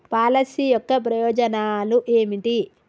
Policy యొక్క ప్రయోజనాలు ఏమిటి?